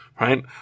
right